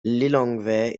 lilongwe